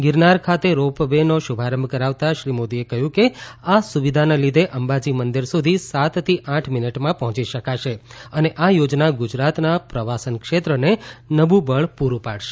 ગીરનાર ખાતે રો પવેનો શુભારંભ કરાવતાં શ્રી મોદીએ કહયું કે આ સુવિધાના લીધે અંબાજી મંદીર સુધી સાત થી આઠ મીનીટમાં પર્હોચી શકાશે અને આ યોજના ગુજરાતના પ્રવાસન ક્ષેત્રને નવુ બળ પુરુ પાડશે